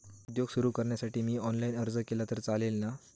उद्योग सुरु करण्यासाठी मी ऑनलाईन अर्ज केला तर चालेल ना?